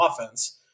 offense